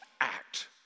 act